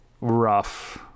rough